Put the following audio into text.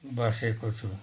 बसेको छु